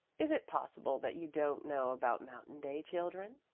is it possible that you don't know about mountain day, children?